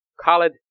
college